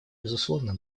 безусловно